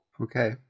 Okay